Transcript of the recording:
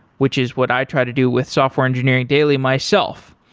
which is what i try to do with software engineering daily myself.